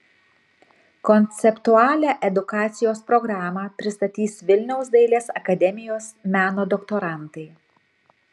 konceptualią edukacijos programą pristatys vilniaus dailės akademijos meno doktorantai